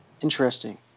Interesting